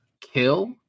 kill